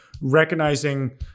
recognizing